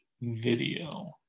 video